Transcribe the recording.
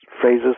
phrases